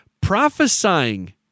Prophesying